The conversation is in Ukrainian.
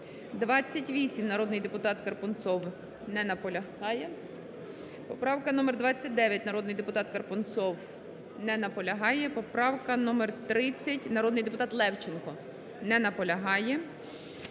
28, народний депутат Карпунцов не наполягає. Поправка номер 29, народний депутат Карпунцов не наполягає. Поправка номер 30, народний депутат Левченко не наполягає.